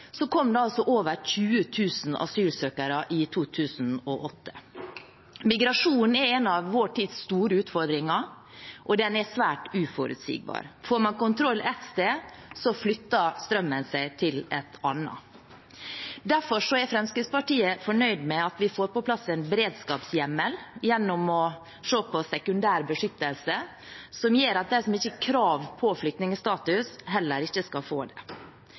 så kom det over 20 000 asylsøkere dit i 2008. Migrasjonen er en av vår tids store utfordringer, og den er svært uforutsigbar. Får man kontroll et sted, så flytter strømmen seg til et annet. Derfor er Fremskrittspartiet fornøyd med at vi får på plass en beredskapshjemmel gjennom å se på sekundær beskyttelse, som gjør at de som ikke har krav på flyktningstatus, heller ikke skal få det.